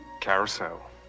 Carousel